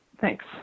Thanks